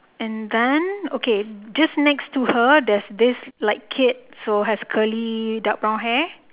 and then okay just next to her there's this like kid who has curly dark brown hair